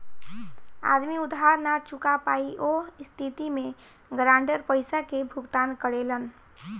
आदमी उधार ना चूका पायी ओह स्थिति में गारंटर पइसा के भुगतान करेलन